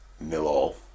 nil-all